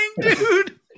dude